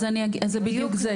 אז זה בדיוק זה.